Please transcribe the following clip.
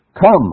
Come